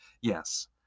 Yes